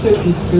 puisque